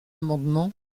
amendement